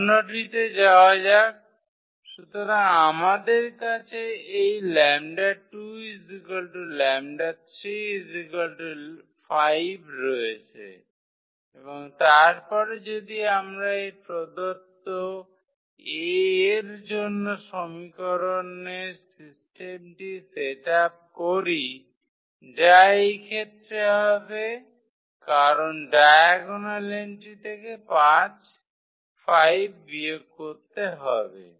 অন্যটিতে যাওয়া যাক সুতরাং আমাদের কাছে এই 𝜆2 𝜆3 5 রয়েছে এবং তারপরে যদি আমরা এই প্রদত্ত A এর জন্য সমীকরণের সিস্টেমটি সেট আপ করি যা এই ক্ষেত্রে হবে কারণ ডায়াগোনাল এন্ট্রি থেকে 5 বিয়োগ করতে হবে